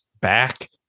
back